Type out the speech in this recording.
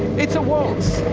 it's a waltz